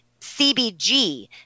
CBG